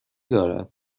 دارد